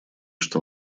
что